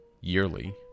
yearly